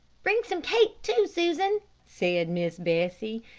bring some cake too, susan, said miss bessie,